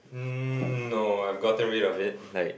hmm no I've gotten rid of it like